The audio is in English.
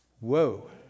Whoa